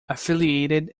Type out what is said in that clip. affiliated